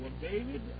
David